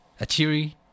achiri